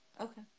Okay